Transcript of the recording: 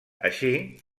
així